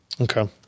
Okay